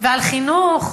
ועל חינוך,